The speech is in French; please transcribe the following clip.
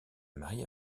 marie